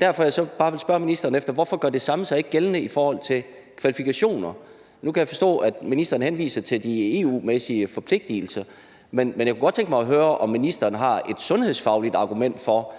Derfor vil jeg gerne spørge ministeren: Hvorfor gør det samme sig ikke gældende i forhold til kvalifikationer? Nu kan jeg forstå, at ministeren henviser til EU-forpligtelserne. Men jeg kunne godt tænke mig at høre, om sundhedsministeren har et sundhedsfagligt argument for,